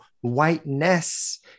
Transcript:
whiteness